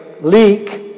leak